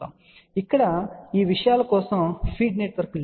కాబట్టి ఇక్కడ ఈ విషయాల కోసం ఫీడ్ నెట్వర్క్ లేదు